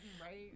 Right